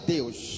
Deus